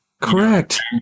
Correct